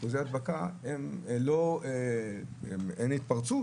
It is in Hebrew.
אין התפרצות,